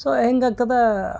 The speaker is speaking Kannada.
ಸೋ ಹೆಂಗಂತದಾ